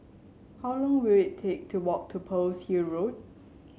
how long will it take to walk to Pearl's Hill Road